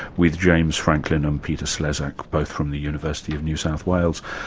with james franklin and peter slezak both from the university of new south wales.